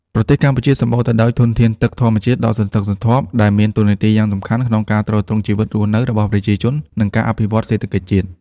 ប្រទេសកម្ពុជាសម្បូរទៅដោយធនធានទឹកធម្មជាតិដ៏សន្ធឹកសន្ធាប់ ដែលមានតួនាទីយ៉ាងសំខាន់ក្នុងការទ្រទ្រង់ជីវិតរស់នៅរបស់ប្រជាជន និងការអភិវឌ្ឍសេដ្ឋកិច្ចជាតិ។